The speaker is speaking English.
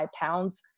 pounds